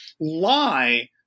lie